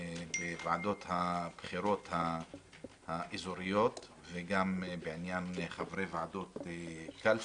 בוועדות הבחירות האזוריות וגם בעניין חברי ועדות קלפי,